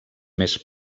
més